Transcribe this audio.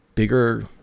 bigger